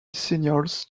signals